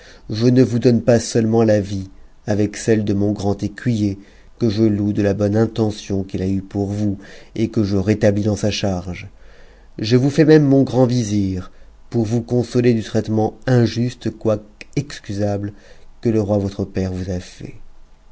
je ne vous donne pas seulement la vie avec celle de mon grand écuyer que je loue de la bonne intention qu'il a eue pour vous et que je rétablis dans sa charge je vpus jais même mon grand vizir pour vous consoler du traitement injuste ouoique excusable que le roi votre père vous a